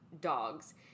dogs